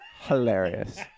Hilarious